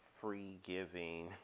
free-giving